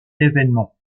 événement